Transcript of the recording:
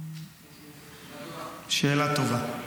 שאלה טובה.